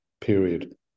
period